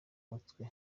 umutwe